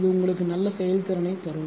இது உங்களுக்கு நல்ல செயல்திறனைத் தரும்